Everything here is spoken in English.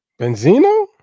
Benzino